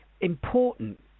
important